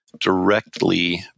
directly